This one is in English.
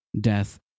death